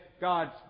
God's